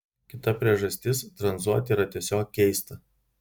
kita priežastis tranzuoti yra tiesiog keista